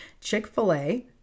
Chick-fil-A